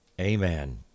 Amen